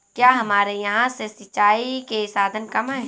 क्या हमारे यहाँ से सिंचाई के साधन कम है?